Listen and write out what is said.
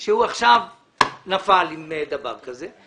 שהוא עכשיו נפל עם דבר כזה.